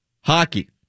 Hockey